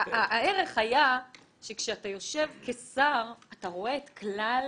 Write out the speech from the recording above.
הערך היה שכשאתה יושב כשר, אתה רואה את כלל